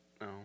No